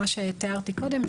מה שתיארתי קודם,